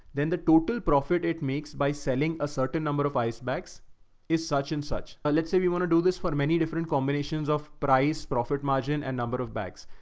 then the total profit it makes by selling a certain number of icebags is such and such. let's say we want to do this for many different combinations of price, profit margin, and number of bags.